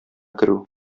керү